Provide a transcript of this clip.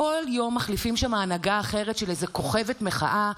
כל יום מחליפים שם הנהגה אחרת של איזה כוכבת מחאה.